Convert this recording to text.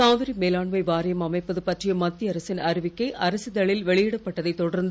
காவிரி மேலாண்மை வாரியம் அமைப்பது பற்றிய மத்திய அரசின் அறிவிக்கை அரசிதழில் வெளியிடப் பட்டதைத் தொடர்ந்து